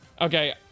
Okay